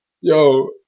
Yo